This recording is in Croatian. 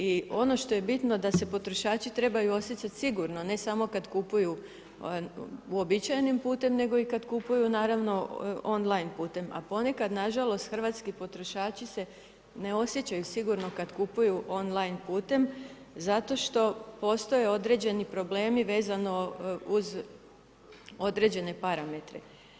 I ono što je bitno da se potrošači trebaju osjećati sigurno, ne samo kada kupuju uobičajenim putem, nego kada kupuj naravno online putem, a ponekad nažalost, hrvatski potrošači se ne osjećaju sigurno kada kupuju online putem, zato što postoje određene problemi vezano uz određene parametre.